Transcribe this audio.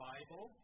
Bible